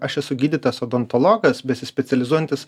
aš esu gydytojas odontologas besispecializuojantis